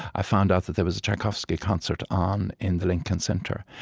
i found out that there was a tchaikovsky concert on in the lincoln center.